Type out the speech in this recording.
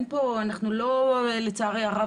לצערי הרב,